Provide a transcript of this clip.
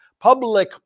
public